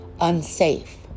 unsafe